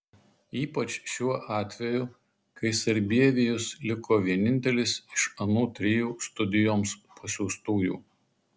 ypač šiuo atveju kai sarbievijus liko vienintelis iš anų trijų studijoms pasiųstųjų